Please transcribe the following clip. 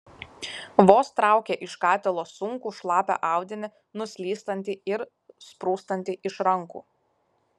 vos traukė iš katilo sunkų šlapią audinį nuslystantį ir sprūstantį iš rankų